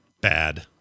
bad